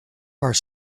are